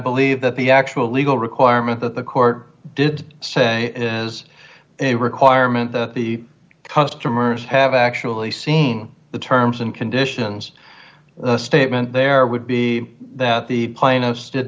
believe that the actual legal requirement that the court did say is a requirement that the customers have actually seen the terms and conditions the statement there would be that the